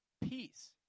peace